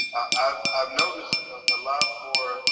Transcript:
i've i've noticed a lot more